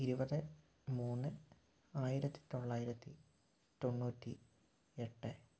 ഇരുവത് മൂന്ന് ആയിരത്തി തൊള്ളായിരത്തി തൊണ്ണൂറ്റി എട്ട്